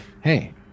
hey